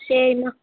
சரிமா